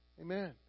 Amen